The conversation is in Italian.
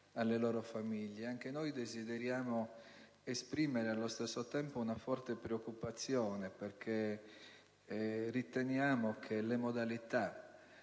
alle loro famiglie. Desideriamo esprimere allo stesso tempo una forte preoccupazione, perché riteniamo che le modalità